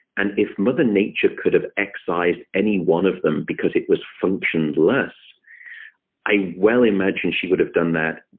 and if mother nature could have excised any one of them because it was functionless i well imagine she would have done that